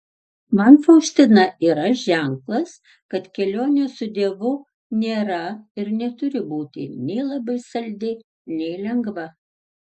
man faustina yra ženklas kad kelionė su dievu nėra ir neturi būti nei labai saldi nei lengva